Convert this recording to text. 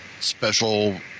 special